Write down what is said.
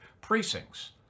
precincts